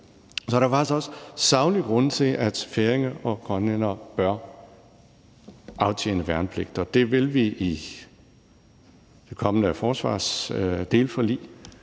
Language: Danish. Så der er altså også saglige grunde til, at færinger og grønlændere bør aftjene værnepligt, og det vil vi tage op i det kommende delforlig